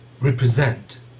represent